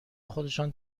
خودشان